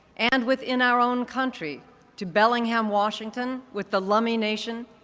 and within our own countries to bell ham, washington, with the lammi nation,